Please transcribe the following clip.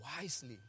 wisely